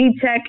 Tech